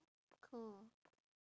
cool